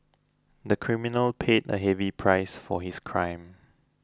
the criminal paid a heavy price for his crime